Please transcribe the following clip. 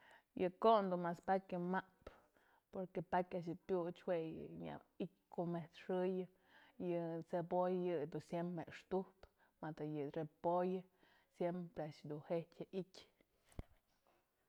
Yë ko'on dun mas pakya map porque pakya a'ax yë pyuch jue yë nya i'ityë met's xëyë, yë cebolla yë yëdun siemprem mextujpë mëdë yë repollë siemprem a'ax dun je'ikë jya i'ityë.